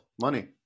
money